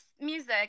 music